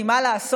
כי מה לעשות,